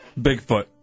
Bigfoot